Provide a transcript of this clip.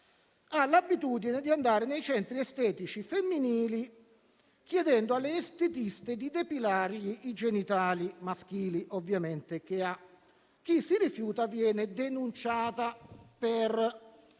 ha l'abitudine di andare nei centri estetici femminili e chiedere alle estetiste di depilargli i genitali, ovviamente maschili, e chi si rifiuta viene denunciata per